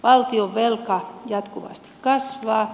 valtionvelka jatkuvasti kasvaa